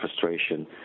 frustration